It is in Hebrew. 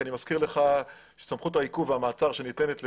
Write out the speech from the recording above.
אני מזכיר לך שסמכות העיכוב והמעצר שניתנת לשוטר,